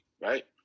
right